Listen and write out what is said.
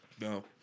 No